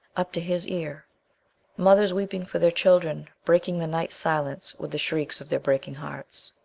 up to his ear mothers weeping for their children, breaking the night-silence with the shrieks of their breaking hearts.